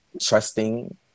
trusting